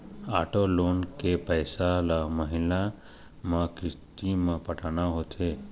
auto loan के पइसा ल महिना म किस्ती म पटाना होथे